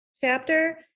chapter